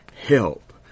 help